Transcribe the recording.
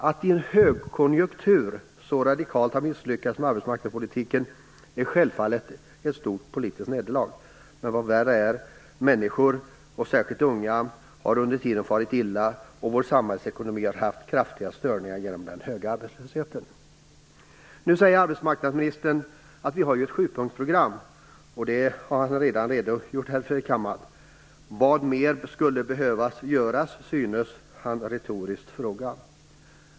Att i en högkonjunktur så radikalt ha misslyckats med arbetsmarknadspolitiken är självfallet ett stort politiskt nederlag, men vad värre är: Människor, och då särskilt unga människor, har under tiden farit illa och vår samhällsekonomi har haft kraftiga störningar på grund av den höga arbetslösheten. Nu säger arbetsmarknadsministern att vi ju har ett sjupunktsprogram. Det har han redan redogjort för i kammaren. Vad mer skulle behöva göras, synes han retoriskt fråga.